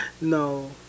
No